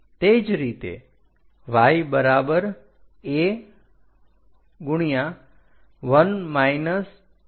તે જ રીતે y a1 cos